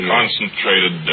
concentrated